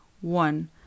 one